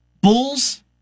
Bulls